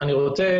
אני רוצה